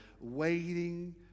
waiting